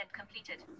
completed